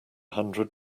hundred